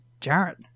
Jarrett